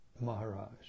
Maharaj